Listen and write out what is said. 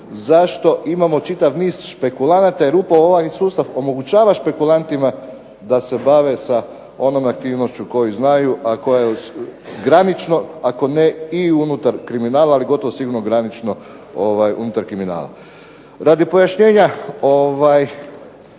zašto imamo čitav niz špekulanata jer upravo ovaj sustav omogućava špekulantima da se bave sa onom aktivnošću koju znaju, a koja je granično, ako ne i unutar kriminala, ali gotovo sigurno granično unutar kriminala. Radi pojašnjenja